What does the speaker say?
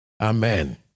Amen